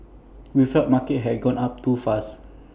we felt markets had gone up too fast